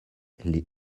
les